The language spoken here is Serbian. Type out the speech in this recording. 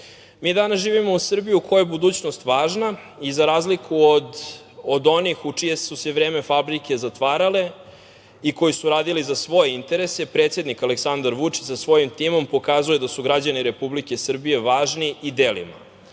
danas živimo u Srbiji u kojoj je budućnost važna i za razliku od onih u čije su se vreme fabrike zatvarale i koji su radili za svoje interese, predsednik Aleksandar Vučić sa svojim timom pokazuje da su građani Republike Srbije važni i delima.